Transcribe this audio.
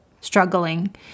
struggling